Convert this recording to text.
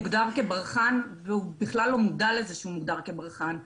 כברחן והוא בכלל לא מודע לזה שהוא מוגדר כברחן.